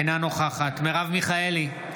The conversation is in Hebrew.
אינה נוכחת מרב מיכאלי,